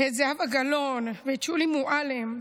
זהבה גלאון ושולי מועלם,